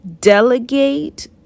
Delegate